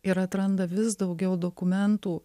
ir atranda vis daugiau dokumentų